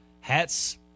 Hats